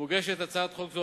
מוגשת הצעת חוק זו,